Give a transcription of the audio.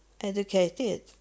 educated